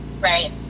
Right